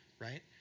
right